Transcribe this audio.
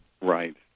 Right